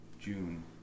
June